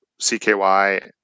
CKY